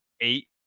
eight